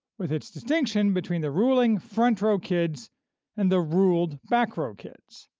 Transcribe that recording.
with its distinction between the ruling front-row kids and the ruled back-row kids.